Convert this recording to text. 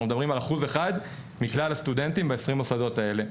אנחנו מדברים על אחוז אחד מכלל הסטודנטים ב-20 המוסדות האלה.